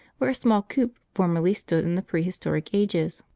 where a small coop formerly stood in the prehistoric ages.